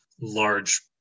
large